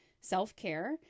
self-care